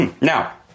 Now